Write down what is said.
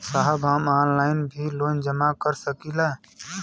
साहब हम ऑनलाइन भी लोन जमा कर सकीला?